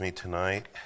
tonight